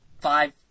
five